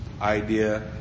Idea